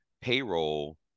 payroll